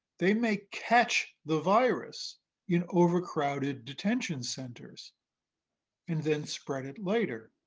they may catch the virus in overcrowded detention centers and then spread it later,